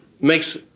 makes